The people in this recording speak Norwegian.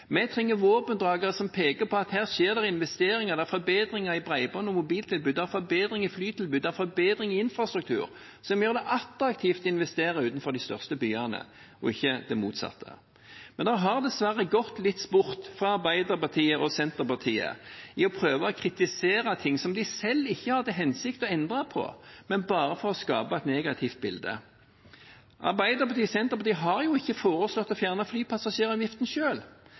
Vi trenger våpendragere som peker på at her skjer det investeringer. Det er forbedringer i bredbånds- og mobiltilbudet, det er forbedringer i flytilbudet, det er forbedringer i infrastruktur som gjør det attraktivt å investere utenfor de største byene – ikke det motsatte. Men fra Arbeiderpartiet og Senterpartiet har det dessverre gått litt sport i å prøve å kritisere ting som de selv ikke har til hensikt å endre på, bare for å skape et negativt bilde. Arbeiderpartiet og Senterpartiet har ikke selv foreslått å fjerne flypassasjeravgiften,